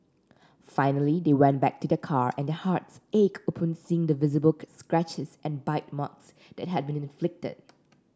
finally they went back to their car and their hearts ached upon seeing the visible scratches and bite marks that had been inflicted